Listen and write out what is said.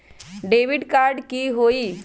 Debit card की होई?